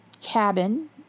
cabin